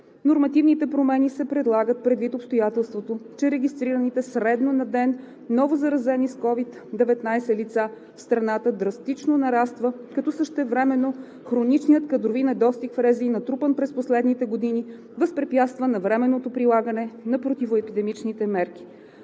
Нормативните промени се предлагат предвид обстоятелството, че регистрираните средно на ден новозаразени с COVID-19 лица в страната драстично нараства, като същевременно хроничният кадрови недостиг в РЗИ, натрупан през последните години, възпрепятства навременното прилагане на противоепидемични мерки.